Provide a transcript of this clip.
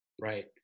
Right